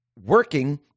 working